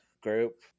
group